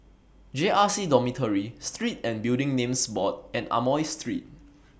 J R C Dormitory Street and Building Names Board and Amoy Street